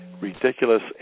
ridiculous